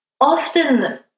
often